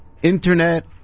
Internet